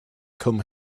come